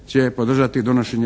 će podržati donošenje